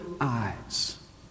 eyes